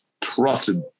trusted